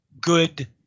good